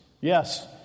Yes